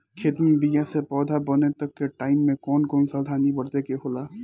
खेत मे बीया से पौधा बने तक के टाइम मे कौन कौन सावधानी बरते के होला?